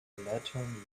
lantern